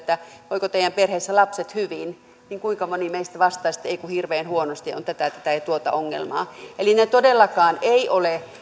voivatko teidän perheessä lapset hyvin niin kuinka moni meistä vastaisi että ei kun hirveän huonosti on tätä tätä ja tuota ongelmaa ne todellakaan eivät ole